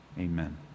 Amen